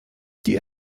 die